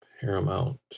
Paramount